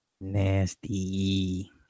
Nasty